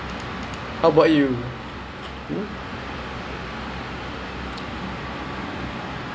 so like what you do seh how about me oh I just vibing ah